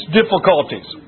difficulties